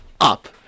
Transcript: up